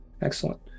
excellent